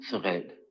thread